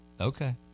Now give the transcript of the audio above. Okay